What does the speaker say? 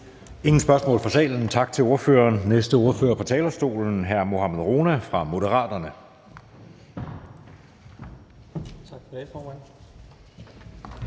ingen spørgsmål fra salen. Tak til ordføreren. Næste ordfører på talerstolen er hr. Mohammad Rona fra Moderaterne. Kl.